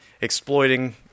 exploiting